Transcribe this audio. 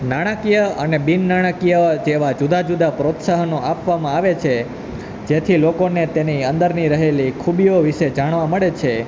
નાણાંકીય અને બિનનાણાકીય જેવા જુદા જુદા પ્રોત્સાહનો આપવામાં આવે છે જેથી લોકોને તેની અંદરની રહેલી ખૂબીઓ વિષે જાણવા મળે છે